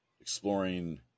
exploring